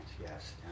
yes